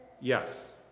Yes